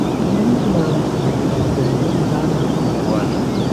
Do numtina am aadilaku mi hebi ha lamdo wuro amin.